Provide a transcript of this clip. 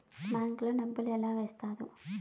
bank లో డబ్బులు ఎలా వేస్తారు